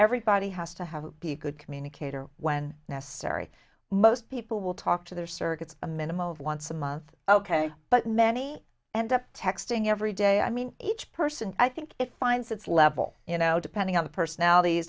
everybody has to have a good communicator when necessary most people will talk to their surrogates a minimum of once a month ok but many end up texting every day i mean each person i think it finds its level you know depending on the personalities